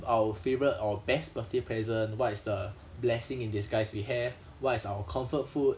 our favourite or best birthday present what is the blessing in disguise we have what is our comfort food